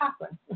happen